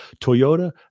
Toyota